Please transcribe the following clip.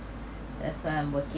that's why I'm working